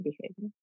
behavior